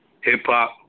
hip-hop